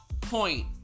point